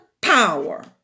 power